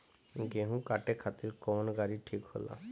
गेहूं काटे खातिर कौन गाड़ी ठीक होला?